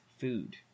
food